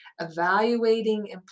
evaluating